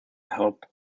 help